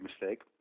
mistake